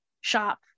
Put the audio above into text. shop